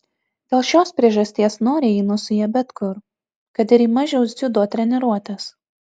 dėl šios priežasties noriai einu su ja bet kur kad ir į mažiaus dziudo treniruotes